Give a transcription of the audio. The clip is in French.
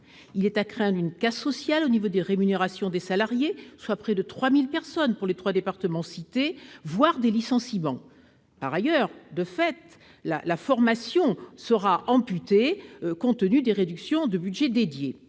Il est à craindre une casse sociale en termes de rémunérations des salariés, soit près de 3 000 personnes pour les trois départements que j'ai cités, voire des licenciements. Par ailleurs, l'effort de formation sera amoindri, du fait de la réduction des budgets dédiés.